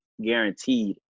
guaranteed